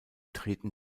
treten